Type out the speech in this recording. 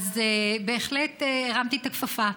בהחלט הרמתי את הכפפה.